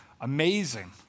amazing